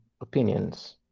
opinions